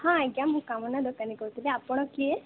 ହଁ ଆଜ୍ଞା ମୁଁ କାମନା ଦୋକାନୀ କହୁଥିଲି ଆପଣ କିଏ